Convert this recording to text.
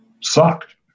sucked